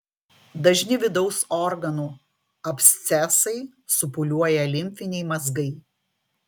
dažni vidaus organų abscesai supūliuoja limfiniai mazgai